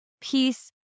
peace